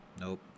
Nope